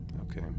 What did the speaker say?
Okay